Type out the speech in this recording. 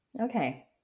okay